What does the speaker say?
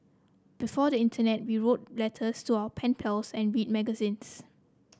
before the Internet we wrote letters to our pen pals and read magazines